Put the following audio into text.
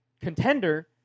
contender